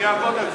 אני אעבוד על זה.